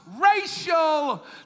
racial